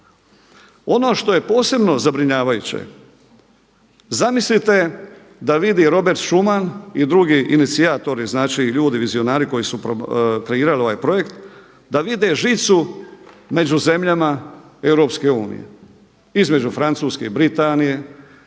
Ono što je posebno zabrinjavajuće, zamislite da vidi Robert Schuman i drugi inicijatori, znači ljudi vizionari koji su kreirali ovaj projekt, da vide žicu među zemljama Europske unije, između Francuske i Britanije,